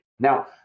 Now